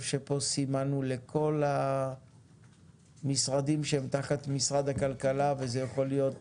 שפה סימנו לכל המשרדים שהם תחת משרד הכלכלה וזה יכול להיות